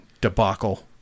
debacle